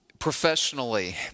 professionally